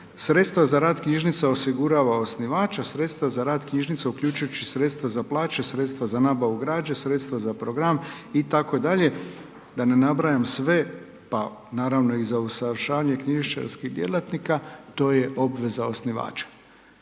sredstva za rad knjižnica osigurava osnivač a sredstva za rad knjižnica uključujući i sredstva za plaće, sredstva za nabavu građe, sredstva za program itd., da ne nabrajam sve, pa naravno i za usavršavanje knjižničarskih djelatnika to je obveza osnivača.